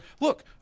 Look